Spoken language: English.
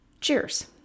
Cheers